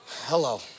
Hello